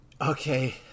Okay